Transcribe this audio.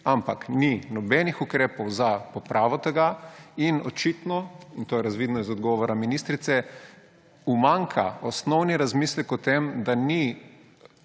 ampak ni nobenih ukrepov za popravo tega in očitno, to je razvidno iz odgovora ministrice, umanjka osnovni razmislek o tem, da ni